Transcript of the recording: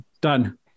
Done